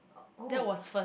that was first